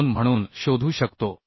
2म्हणून शोधू शकतो